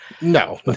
no